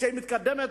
שמתקדמת